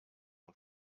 und